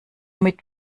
mit